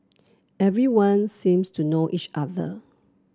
everyone seems to know each other